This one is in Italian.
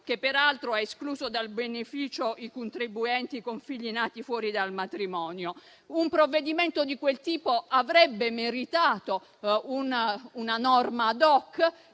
che peraltro ha escluso dal beneficio i contribuenti con figli nati fuori dal matrimonio. Un provvedimento di quel tipo avrebbe meritato una norma *ad hoc*,